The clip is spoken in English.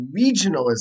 regionalism